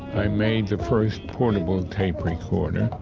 i made the first portable tape recorder.